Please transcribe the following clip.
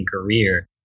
career